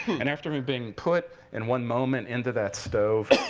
and after i mean being put in one moment into that stove,